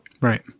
right